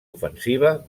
ofensiva